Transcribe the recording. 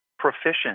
proficient